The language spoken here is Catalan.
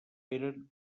eren